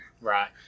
Right